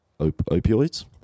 opioids